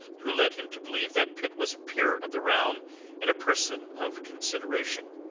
who led him to believe that pitt was a peer of the realm and a person of consideration.